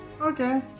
Okay